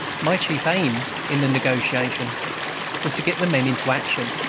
my chief aim in the negotiation was to get the men into action,